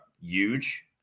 huge